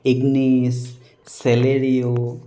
Ignis Celerio